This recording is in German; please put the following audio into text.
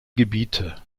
gebiete